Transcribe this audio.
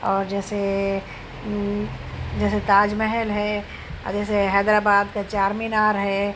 اور جیسے جیسے تاج محل ہے اور جیسے حیدرآباد کا چار مینار ہے